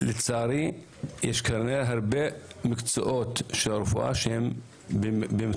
לצערי יש כנראה הרבה מקצועות של הרפואה שהם במצוקה.